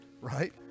Right